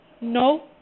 No